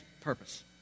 purpose